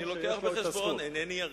אני לוקח בחשבון, אינני ירא,